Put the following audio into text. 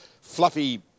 fluffy